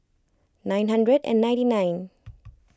nine hundred and ninety nine